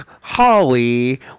Holly